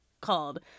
called